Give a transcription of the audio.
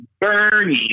Bernie